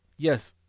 yes,